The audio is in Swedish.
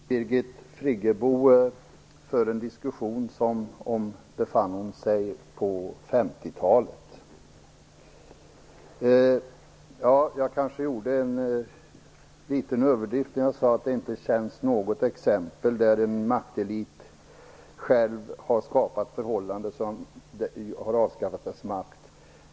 Herr talman! Birgit Friggebo för en diskussion som befann hon sig på 50-talet. Jag kanske gjorde en liten överdrift när jag sade att det inte finns något exempel på att en maktelit själv har skapat förhållanden som har avskaffat dess makt.